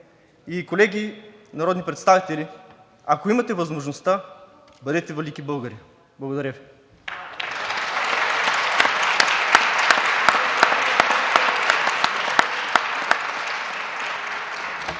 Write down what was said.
Колеги народни представители, ако имате възможността, бъдете велики българи! Благодаря.